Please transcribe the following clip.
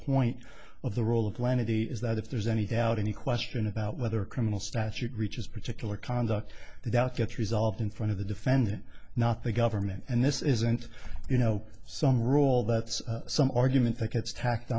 point of the role of lenity is that if there's any doubt any question about whether criminal statute reaches a particular conduct the doubt gets resolved in front of the defendant not the government and this isn't you know some rule that's some argument that gets tacked